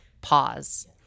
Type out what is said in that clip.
pause